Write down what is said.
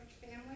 family